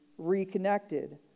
reconnected